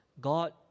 God